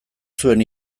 zuen